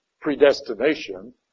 predestination